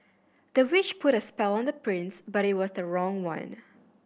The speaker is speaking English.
the witch put a spell on the prince but it was the wrong one